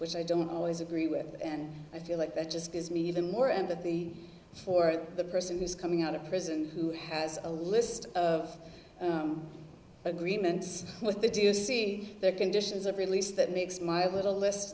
which i don't always agree with and i feel like that just gives me even more and that the for the person who's coming out of prison who has a list of agreements with the do you see their conditions of release that makes my little list